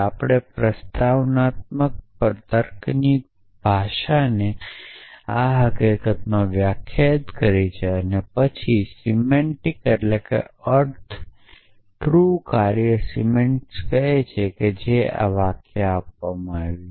આપણે પ્રસ્તાવનાત્મક તર્કની ભાષાને આ હકીકતમાં વ્યાખ્યાયિત કરી છે પછી અર્થ ટ્રૂ કાર્ય સિમેન્ટિક્સ જે કહે છે કે એક વાક્ય આપવામાં આવ્યું છે